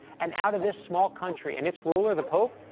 and out of this small country and its ruler, the pope,